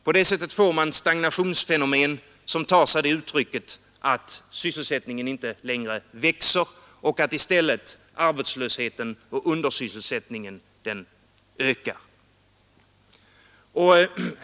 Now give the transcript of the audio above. På det sättet får man stagnationsfenomenen, som tar sig det uttrycket att sysselsättningen inte längre växer och i stället arbetslösheten och undersysselsättningen ökar.